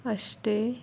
ಅಷ್ಟೆ